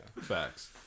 Facts